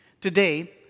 Today